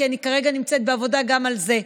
כי כרגע אני נמצאת בעבודה גם על זה.